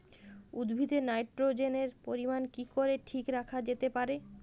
উদ্ভিদে নাইট্রোজেনের পরিমাণ কি করে ঠিক রাখা যেতে পারে?